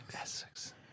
Essex